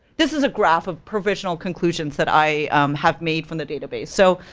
this is a graph of provisional conclusions that i have made from the database. so,